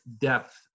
depth